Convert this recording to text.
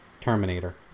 Terminator